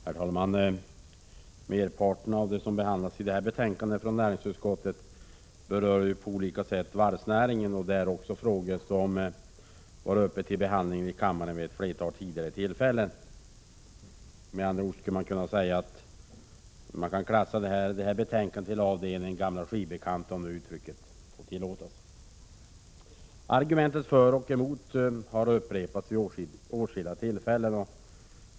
Herr talman! Merparten av det som behandlas i det här betänkandet från näringsutskottet berör på olika sätt varvsnäringen. Det är också frågor som har varit uppe till behandling i kammaren vid ett flertal tidigare tillfällen. Med andra ord skulle man kunna klassa betänkandet till avdelningen ”gamla skivbekanta”, om uttrycket tillåts. Argumenten för och emot har upprepats vid åtskilliga tillfällen.